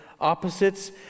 opposites